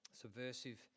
subversive